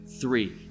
three